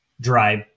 drive